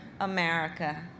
America